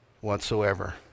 whatsoever